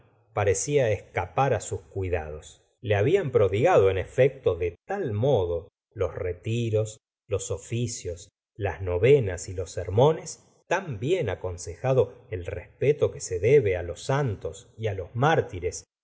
parecía escapar sus cuidados le habían prodigado en efecto de tal modo los retiros los oficios las novenas y los sermones tan bien aconsejado el respeto que se debe los santos y á los mártires